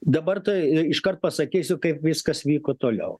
dabar tai iškart pasakysiu kaip viskas vyko toliau